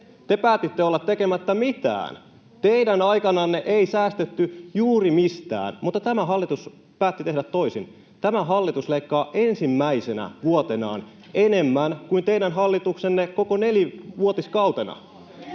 Te päätitte olla tekemättä mitään. Teidän aikananne ei säästetty juuri mistään, mutta tämä hallitus päätti tehdä toisin. Tämä hallitus leikkaa [Pia Viitanen: Köyhiltä!] ensimmäisenä vuotenaan enemmän kuin teidän hallituksenne koko nelivuotiskautena.